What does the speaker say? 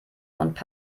und